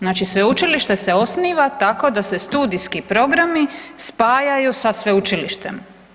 Znači sveučilište se osniva tako da se studijski programi spajaju sa sveučilištem.